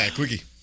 quickie